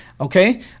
Okay